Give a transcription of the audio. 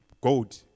gold